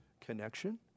connection